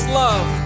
love